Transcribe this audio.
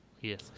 Yes